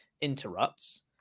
interrupts